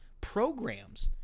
programs